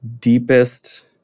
deepest